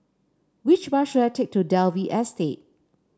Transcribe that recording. which bus should I take to Dalvey Estate